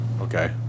Okay